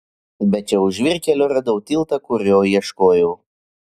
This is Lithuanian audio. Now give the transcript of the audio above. bet čia už žvyrkelio radau tiltą kurio ieškojau